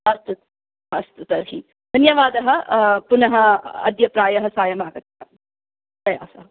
अस्तु अस्तु तर्हि धन्यवादः पुनः अद्य प्रायः सायं आगच्छ तया सह